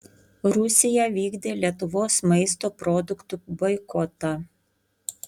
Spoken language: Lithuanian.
rusija vykdė lietuvos maisto produktų boikotą